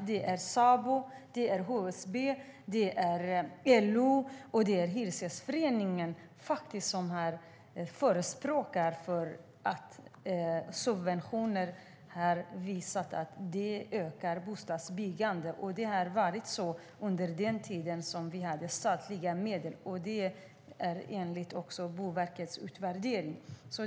Det är Sabo, HSB, LO och Hyresgästföreningen som förespråkar subventioner och som har visat att det ökar bostadsbyggandet. Det var så under den tid då vi hade statliga subventioner. Det är så också enligt Boverkets utvärdering.